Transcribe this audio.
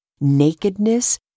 nakedness